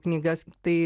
knygas tai